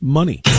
money